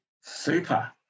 Super